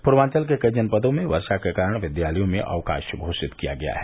पूर्वांचल के कई जनपदों में वर्षा के कारण विद्यालयों में अवकाश घोषित किया गया है